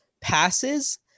passes